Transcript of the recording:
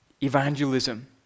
evangelism